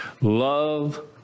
Love